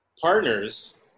partners